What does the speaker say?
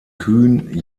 kühn